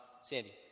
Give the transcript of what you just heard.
Sandy